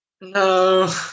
No